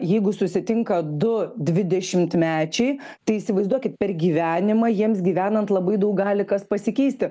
jeigu susitinka du dvidešimtmečiai tai įsivaizduokit per gyvenimą jiems gyvenant labai daug gali kas pasikeisti